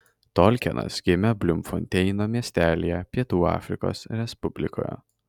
tolkienas gimė blumfonteino miestelyje pietų afrikos respublikoje